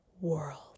world